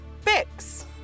fix